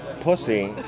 pussy